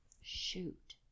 shoot